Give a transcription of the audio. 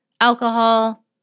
alcohol